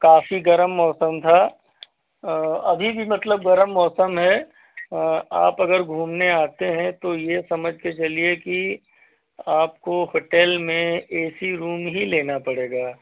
काफी गर्म मौसम था अभी भी मतलब गर्म मौसम है आप अगर घूमने आते हैं तो यह समझ के चलिए कि आपको होटेल में ए सी रूम ही लेना पड़ेगा